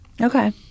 Okay